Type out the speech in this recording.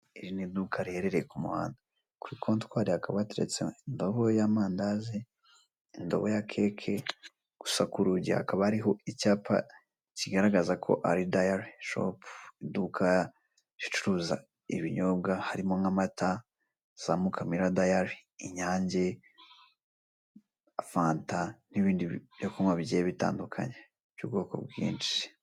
Iri ni iduka riherereye ku muhanda. Kuri comptoir hakaba hateretse indobo y'amandazi, indobo ya cake, gusa ku rugi hakaba ari icyapa kigaragaza ko ari Diarly shop, iduka ricuruza ibinyobwa, harimo nk'amata, za Mukamira diarly, inyange, fanta n'ibindi byo kunywa bigiye bitandukanye by'ubwoko bwinshi.